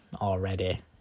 already